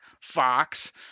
Fox